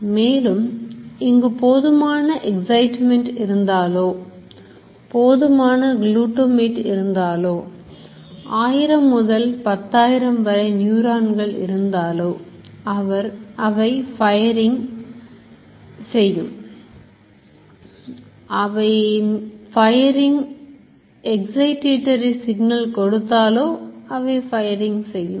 மேலும் இங்கு போதுமான எக்சைட்மென்ட் இருந்தாலோ போதுமான Glutamate இருந்தாலோ 1000 முதல்10000 வரை நியூரான்கள் இருந்தாலோ அவை firing excitatory signals கொடுத்தாலோ அவை fire செய்யும்